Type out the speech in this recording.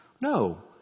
No